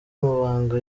amabanga